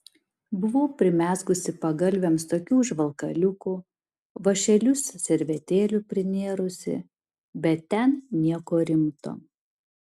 buvau primezgusi pagalvėms tokių užvalkaliukų vąšeliu servetėlių prinėrusi bet ten nieko rimto